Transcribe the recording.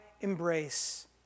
embrace